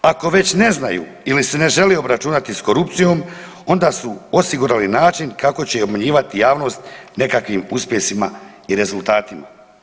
Ako već ne znaju ili se ne žele obračunati s korupcijskom, onda su osigurali način kako će obmanjivati javnost nekakvim uspjesima i rezultatima.